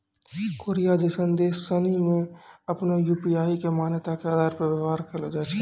Korea जैसन देश सनि मे आपनो यू.पी.आई के मान्यता के आधार पर व्यवहार कैलो जाय छै